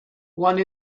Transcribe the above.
one